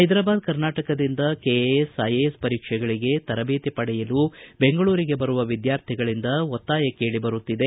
ಹೈದರಾಬಾದ್ ಕರ್ನಾಟಕದಿಂದ KAS IAS ಪರೀಕ್ಷೆಗಳಿಗೆ ತರಬೇತಿ ಪಡೆಯಲು ಬೆಂಗಳೂರಿಗೆ ಬರುವ ವಿದ್ವಾರ್ಥಿಗಳಿಂದ ಒತ್ತಾಯ ಕೇಳ ಬರುತ್ತಿದೆ